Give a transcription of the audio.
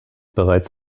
bereits